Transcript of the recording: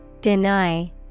Deny